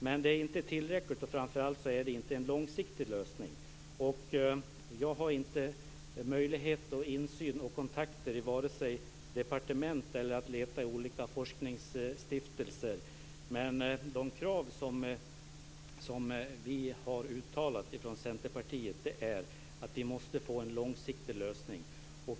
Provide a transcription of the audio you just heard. Men det är inte tillräckligt, och framför allt är det inte en långsiktig lösning. Jag har vare sig insyn och kontakter i departement eller möjligheter att leta i olika forskningsstiftelser. De krav som vi i Centerpartiet har uttalat är att vi måste få en långsiktig lösning.